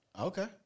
Okay